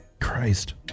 Christ